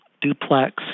duplex